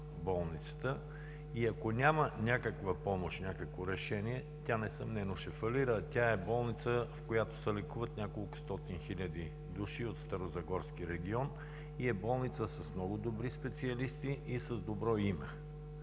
и, ако няма някаква помощ, някакво решение, несъмнено ще фалира, а тя е болница, в която се лекуват няколко стотин хиляди души от Старозагорския регион, с много добри специалисти и добро име.